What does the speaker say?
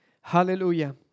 Hallelujah